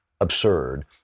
absurd